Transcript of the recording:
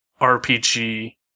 RPG